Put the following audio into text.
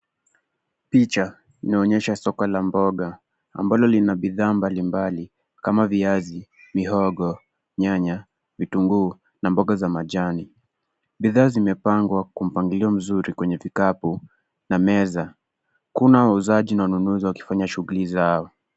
Picha inaonyesha soko la mboga ambalo lina bidhaa mbalimbali kama viazi, mihogo, nyanya, vitunguu, na mboga za majani. Bidhaa zimepangwa kwa mpangilio mzuri kwenye vikapu na meza. Kuna wauzaji na wanunuzi wakifanya shughuli zao.